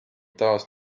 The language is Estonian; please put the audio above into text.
taas